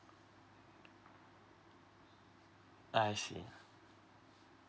I see